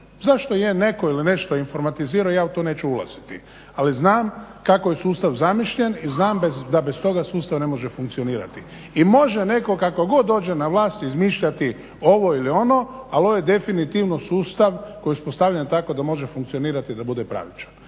Zašto je netko ili nešto informatizirao ja u to neću ulaziti, ali znam kako je sustav zamišljen i znam da bez toga sustav ne može funkcionirati. I može netko kako god dođe na vlast izmišljati ovo ili ono, ali ovo je definitivno sustav koji je uspostavljen tako da može funkcionirati da bude pravičan.